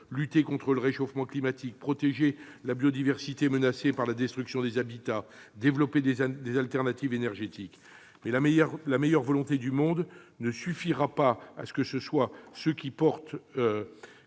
lutter contre le réchauffement climatique, protéger la biodiversité menacée par la destruction des habitats et développer des alternatives énergétiques. Mais la meilleure volonté du monde ne suffira pas à amorcer le changement,